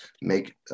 make